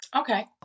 Okay